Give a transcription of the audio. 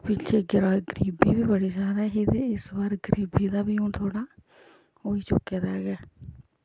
पिछलें गरीबी बी बड़ी जयादा ही ते इस बार गरीबी दा बी हून थोह्ड़ा होई चुके दा गै